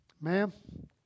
ma'am